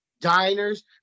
diners